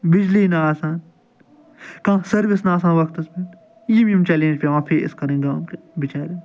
بجلی نہٕ آسان کانٛہہ سٔروِس نہٕ آسان وقتَس پٮ۪ٹھ یِم یِم چَلینٛج پیٚوان فیس کَرٕنۍ گامہٕ کیٚن بِچاریٚن